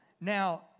Now